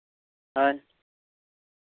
ᱦᱳᱭ